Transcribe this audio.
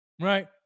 Right